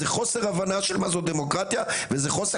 זה חוסר הבנה של מה זאת דמוקרטיה וזה חוסר